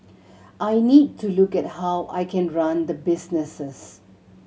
I need to look at how I can run the businesses